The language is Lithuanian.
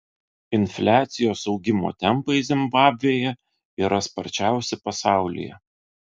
infliacijos augimo tempai zimbabvėje yra sparčiausi pasaulyje